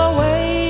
Away